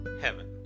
heaven